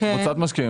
קבוצת משקיעים,